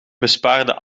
bespaarde